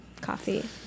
coffee